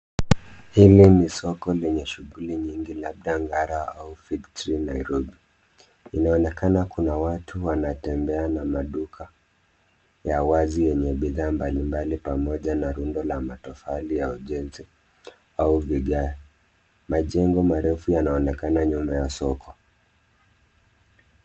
Hili ni soko lenye shughuli nyingi labda Ngara au Fig Tree Nairobi. Inaonekana kuna watu wanatembea na maduka ya wazi yenye bidhaa mbalimbali pamoja na rundo la matofali ya ujenzi au vigae. Majengo marefu yanaonekana nyuma ya soko.